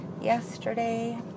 yesterday